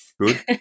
Good